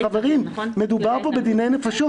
מדובר פה בדיני נפשות.